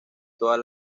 todas